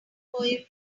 poem